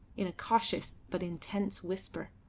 in a cautious but intense whisper.